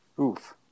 Oof